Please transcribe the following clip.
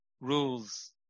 Rules